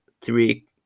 three